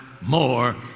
more